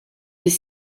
des